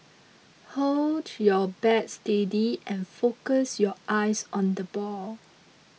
hold your bat steady and focus your eyes on the ball